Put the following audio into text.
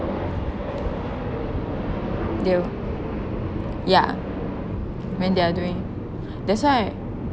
they'll yeah when they are doing that's why